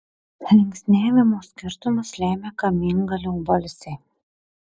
linksniavimo skirtumus lemia kamiengalio balsiai